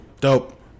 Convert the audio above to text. dope